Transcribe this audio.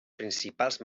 principals